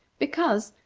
because,